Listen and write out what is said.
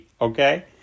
Okay